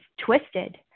twisted